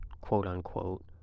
quote-unquote